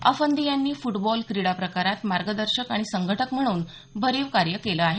अफंदी यांनी फुटबॉल क्रीडा प्रकारात मार्गदर्शक आणि संघटक म्हणून भरीव कार्य केलं आहे